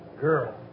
girl